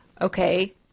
okay